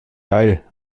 geil